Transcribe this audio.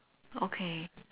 okay